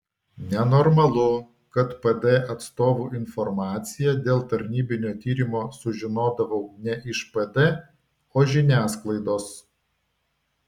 nenormalu kad pd atstovų informaciją dėl tarnybinio tyrimo sužinodavau ne iš pd o žiniasklaidos